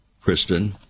Kristen